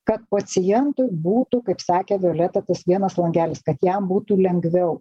kad pacientui būtų kaip sakė violeta tas vienas langelis kad jam būtų lengviau